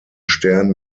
stern